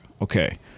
Okay